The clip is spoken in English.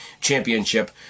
Championship